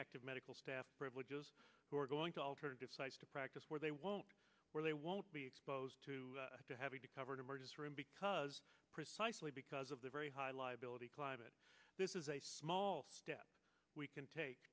active medical staff privileges who are going to alternative sites to practice where they won't or they won't be exposed to having to cover an emergency room because precisely because of the very high liability climate this is a small step we can take